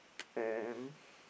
and